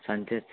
सांचेंच